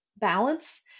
balance